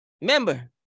Remember